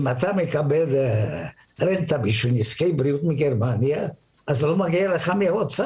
אם אתה מקבל רנטה בשביל נזקי בריאות מגרמניה אז לא מגיע לך מפה.